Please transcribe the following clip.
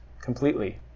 completely